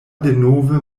denove